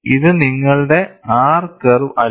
ഇത് നിങ്ങളുടെ R curve അല്ല